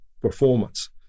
performance